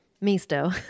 Misto